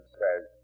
says